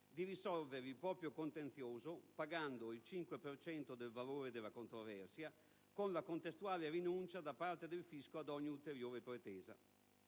può risolvere il proprio contenzioso pagando il 5 per cento del valore della controversia, con la contestuale rinuncia da parte del fisco ad ogni ulteriore pretesa.